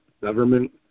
Government